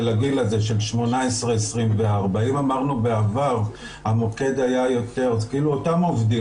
של הגיל הזה 18-24. אז אותם עובדים,